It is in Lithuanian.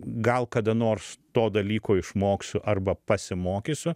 gal kada nors to dalyko išmoksiu arba pasimokysiu